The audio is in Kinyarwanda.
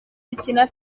zikina